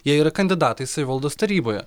jie yra kandidatai savivaldos taryboje